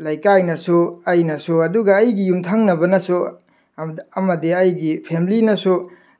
ꯂꯩꯀꯥꯏꯅꯁꯨ ꯑꯩꯅꯁꯨ ꯑꯗꯨꯒ ꯑꯩꯒꯤ ꯌꯨꯝꯊꯪꯅꯕꯅꯁꯨ ꯑꯃꯗꯤ ꯑꯩꯒꯤ ꯐꯦꯃꯤꯂꯤꯅꯁꯨ